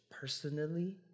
personally